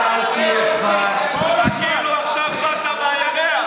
כל שבוע, כמה רפש זרקת.